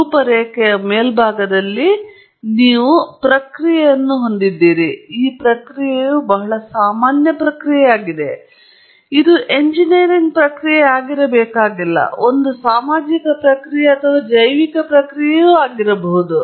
ರೂಪರೇಖೆಯ ಮೇಲ್ಭಾಗದಲ್ಲಿ ನೀವು ಪ್ರಕ್ರಿಯೆಯನ್ನು ಹೊಂದಿದ್ದೀರಿ ಮತ್ತು ಈ ಪ್ರಕ್ರಿಯೆಯು ಬಹಳ ಸಾಮಾನ್ಯ ಪ್ರಕ್ರಿಯೆಯಾಗಿದೆ ಇದು ಎಂಜಿನಿಯರಿಂಗ್ ಪ್ರಕ್ರಿಯೆಯಾಗಿರಬೇಕಾಗಿಲ್ಲ ಅದು ಒಂದು ಸಾಮಾಜಿಕ ಪ್ರಕ್ರಿಯೆ ಅಥವಾ ಜೈವಿಕ ಪ್ರಕ್ರಿಯೆಯಾಗಿರಬಹುದು